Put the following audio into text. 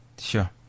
sure